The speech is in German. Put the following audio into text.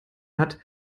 hat